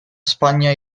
spagna